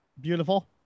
Beautiful